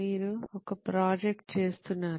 మీరు ఒక ప్రాజెక్ట్ చేస్తున్నారు